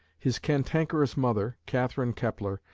his cantankerous mother, catherine kepler,